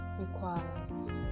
requires